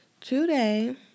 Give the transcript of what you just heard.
today